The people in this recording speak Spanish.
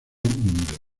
unido